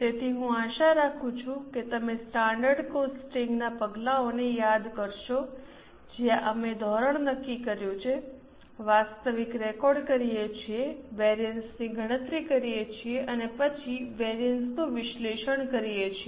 તેથી હું આશા રાખું છું કે તમે સ્ટાન્ડર્ડ કોસ્ટિંગના પગલાઓને યાદ કરશો જ્યાં અમે ધોરણ નક્કી કર્યું છે વાસ્તવિક રેકોર્ડ કરીએ છીએ વિવિધતાની ગણતરી કરીએ છીએ અને પછી વિવિધતાનું વિશ્લેષણ કરીએ છીએ